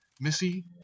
Missy